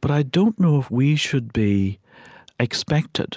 but i don't know if we should be expected